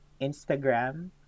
Instagram